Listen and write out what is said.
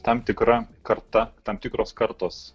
tam tikra karta tam tikros kartos